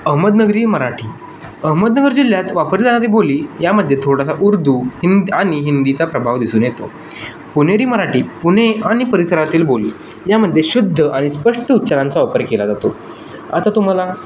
अहमदनगरी मराठी अहमदनगर जिल्ह्यात वापरली जाणारी बोली यामध्ये थोडासा उर्दू हिंद आणि हिंदीचा प्रभाव दिसून येतो पुणेरी मराठी पुणे आणि परिसरातील बोली यामध्ये शुद्ध आणि स्पष्ट उच्चारांचा वापर केला जातो आता तुम्हाला